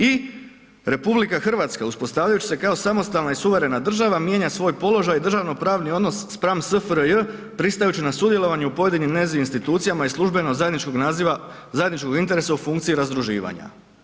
I RH uspostavljajući se kao samostalna i suverena država mijenja svoj položaj i državno pravni odnos spram SFRJ pristajući na sudjelovanje u pojedinim njezinim institucijama i službeno zajedničkog naziva, zajedničkog interesa u funkciji razdruživanja.